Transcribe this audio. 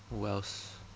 who else